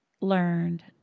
learned